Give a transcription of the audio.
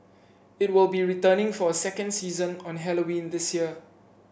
it will be returning for a second season on Halloween this year